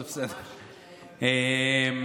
אני